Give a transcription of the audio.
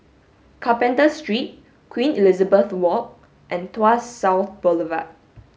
Carpenter Street Queen Elizabeth Walk and Tuas South Boulevard